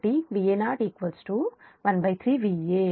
కాబట్టి Va0 Vao 13